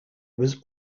was